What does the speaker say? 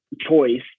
choice